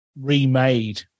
remade